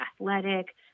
athletic